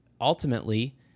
ultimately